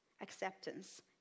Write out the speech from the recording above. acceptance